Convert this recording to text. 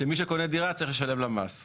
שמי שקונה דירה צריך לשלם לה מס.